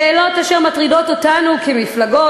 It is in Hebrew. שאלות אשר מטרידות אותנו כמפלגות,